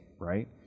right